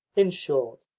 in short,